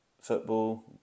football